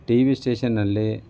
T V ಸ್ಟೇಷನ್ನಲ್ಲಿ